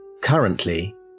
currently